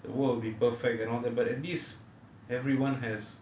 what would be perfect and all that but at least everyone has